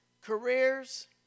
careers